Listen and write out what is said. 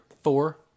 four